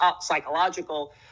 psychological